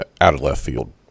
out-of-left-field